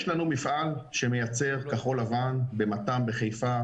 יש לנו מפעל שמייצר כחול לבן במת"מ בחיפה,